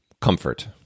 Comfort